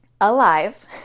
alive